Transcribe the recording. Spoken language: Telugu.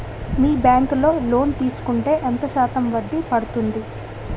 మీ బ్యాంక్ లో లోన్ తీసుకుంటే ఎంత శాతం వడ్డీ పడ్తుంది?